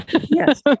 Yes